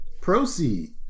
proceed